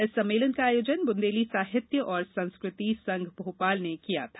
इस सम्मेलन का आयोजन बुंदेली साहित्य एवं संस्कृति संघ भोपाल ने किया था